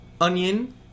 onion